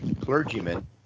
clergymen